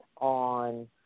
on